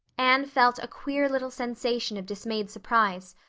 anne felt a queer little sensation of dismayed surprise.